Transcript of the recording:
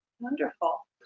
wonderful